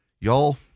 Y'all